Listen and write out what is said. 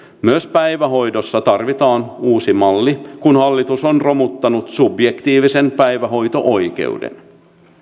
myös päivähoidossa tarvitaan uusi malli kun hallitus on romuttanut subjektiivisen päivähoito oikeuden